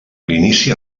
l’inici